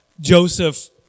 Joseph